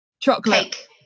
chocolate